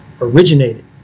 originated